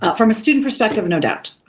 um from a student perspective, no doubt,